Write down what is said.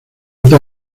ruta